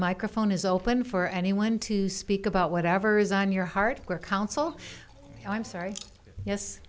microphone is open for anyone to speak about whatever's on your heart or counsel i'm sorry yes